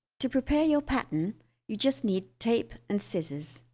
to prepare your pattern you just need tape and scissors